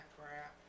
crap